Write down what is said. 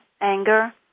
anger